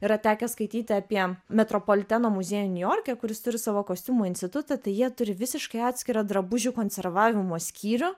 yra tekę skaityti apie metropoliteno muziejų niujorke kuris turi savo kostiumų institutą tai jie turi visiškai atskirą drabužių konservavimo skyrių